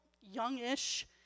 youngish